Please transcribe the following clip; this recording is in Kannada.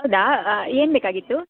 ಹೌದಾ ಏನು ಬೇಕಾಗಿತ್ತು